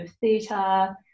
theatre